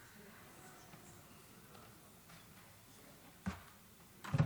טוב,